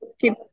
keep